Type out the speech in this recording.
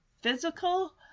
physical